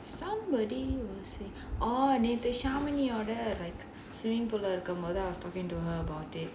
some wording say நேத்து:nethu shamini யோட:oda I was talking to her about it